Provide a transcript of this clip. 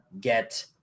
get